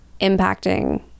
impacting